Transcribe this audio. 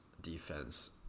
defense